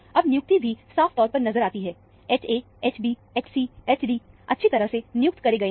अब नियुक्ति भी साफ तौर पर नजर आती है Ha Hb HcHd अच्छी तरह से नियुक्त करे गए हैं